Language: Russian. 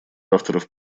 авторов